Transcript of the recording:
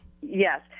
Yes